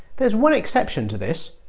there's one exception to this.